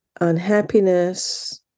unhappiness